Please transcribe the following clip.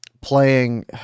playing